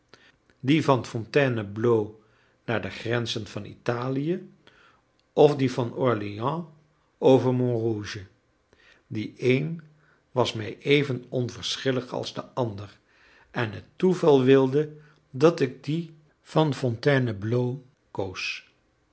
dien van fontainebleau naar de grenzen van italië of dien van orléans over montrouge de een was mij even onverschillig als de ander en het toeval wilde dat ik dien van fontainebleau koos